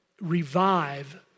revive